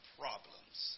problems